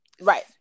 right